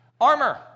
Armor